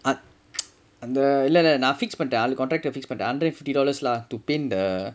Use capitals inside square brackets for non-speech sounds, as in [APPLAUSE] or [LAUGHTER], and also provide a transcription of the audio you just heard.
ah [NOISE] அந்த இல்ல இல்ல நா:antha illa illa naa fix பண்ணிட்ட ஆளு:pannitta aalu contractor fix பண்ணிட்ட:pannitta hundred fifty dollars lah to paint the